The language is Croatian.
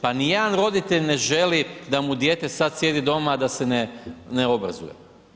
Pa nijedan roditelj ne želi da mu dijete sad sjedi doma i da se ne obrazuje.